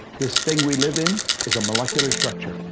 this thing we live in is a molecular structure.